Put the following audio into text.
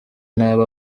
nabi